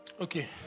Okay